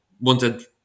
wanted